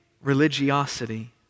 Religiosity